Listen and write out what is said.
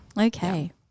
Okay